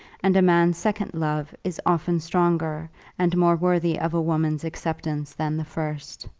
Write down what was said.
and a man's second love is often stronger and more worthy of a woman's acceptance than the first.